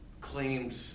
claimed